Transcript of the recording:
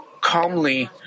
calmly